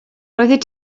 roeddet